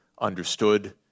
understood